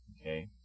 okay